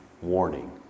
warning